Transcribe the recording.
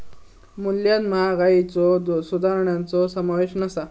मूल्यात महागाईच्यो सुधारणांचो समावेश नसा